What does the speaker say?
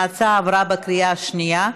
ההצעה עברה בקריאה שנייה.